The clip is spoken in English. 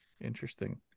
interesting